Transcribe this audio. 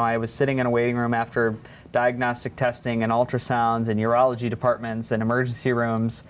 know i was sitting in a waiting room after diagnostic testing and ultrasound the neurology departments and emergency rooms